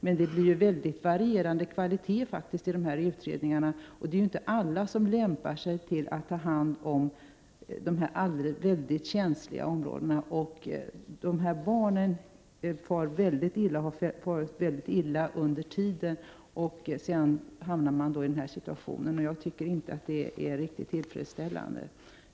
Men det är mycket varierande kvalitet på dessa utredningar, och det är inte alla som lämpar sig för att ta hand om dessa känsliga fall. De här barnen har farit mycket illa under väntetiden, och sedan hamnar de alltså i den här utredningssituationen. Det tycker jag inte är riktigt tillfredsställande.